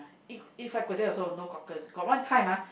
eat eat fried kway-teow also no cockles got one time ah